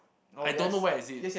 I don't know where is it